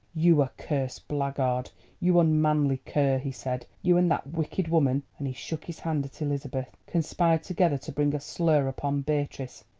you accursed blackguard you unmanly cur! he said you and that wicked woman, and he shook his hand at elizabeth, conspired together to bring a slur upon beatrice.